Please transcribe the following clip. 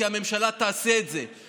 כי הממשלה תעשה את זה.